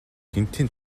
гэнэтийн